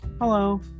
Hello